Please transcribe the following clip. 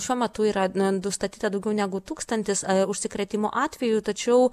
šiuo metu yra na nustatyta daugiau negu tūkstantis užsikrėtimo atvejų tačiau